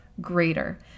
greater